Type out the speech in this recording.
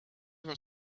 were